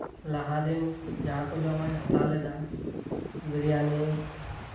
ᱞᱟᱦᱟᱫᱤᱱ ᱡᱟᱦᱟᱸ ᱠᱚ ᱡᱚᱢᱟᱜ ᱤᱧ ᱦᱟᱛᱟᱣ ᱞᱮᱫᱟ ᱵᱤᱨᱭᱟᱱᱤ